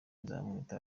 nzamwita